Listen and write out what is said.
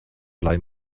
blei